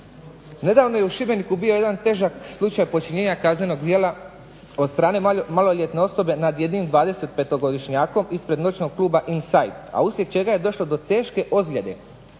Nedavno je u Šibeniku bio jedan težak slučaj počinjenja kaznenog dijela od strane maloljetne osobe nad jednim 25-godišnjakom ispred noćnog kluba INsite a uslijed čega je došlo do teške ozljede